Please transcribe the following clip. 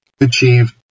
achieve